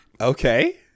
Okay